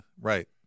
right